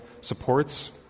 supports